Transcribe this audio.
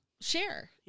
share